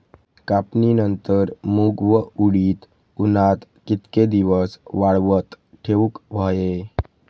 कापणीनंतर मूग व उडीद उन्हात कितके दिवस वाळवत ठेवूक व्हये?